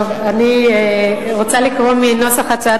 נכון, מניסיון